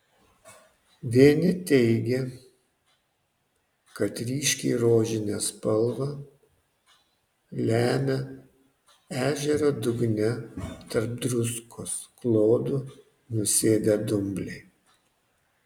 vieni teigė kad ryškiai rožinę spalvą lemia ežero dugne tarp druskos klodų nusėdę dumbliai